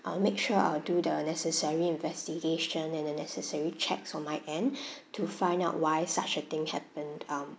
I'll make sure I'll do the necessary investigation and the necessary checks on my end to find out why such a thing happened um